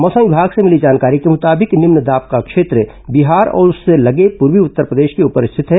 मौसम विमाग से भिली जानकारी के मुताबिक निम्न दाब का क्षेत्र बिहार और उससे लगे पूर्वी उत्तरप्रदेश के ऊपर स्थित है